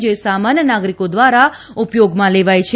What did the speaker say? જે સામાન્ય નાગરીકો દ્વારા ઉપયોગમાં લેવાય છે